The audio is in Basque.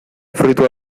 fruitua